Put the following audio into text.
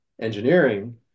engineering